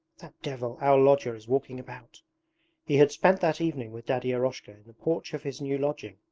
that devil, our lodger, is walking about he had spent that evening with daddy eroshka in the porch of his new lodging.